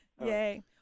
Yay